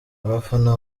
abafana